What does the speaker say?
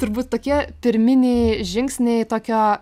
turbūt tokie pirminiai žingsniai tokio